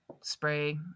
spray